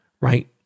right